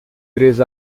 três